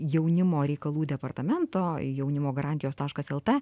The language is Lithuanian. jaunimo reikalų departamento jaunimo garantijos taškas el t